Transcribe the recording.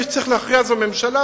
מי שצריך להכריע זה הממשלה,